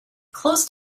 close